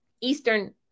Eastern